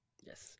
Yes